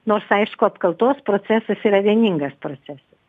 nors aišku apkaltos procesas yra vieningas procesas